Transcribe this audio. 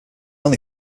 only